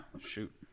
shoot